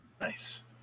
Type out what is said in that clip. nice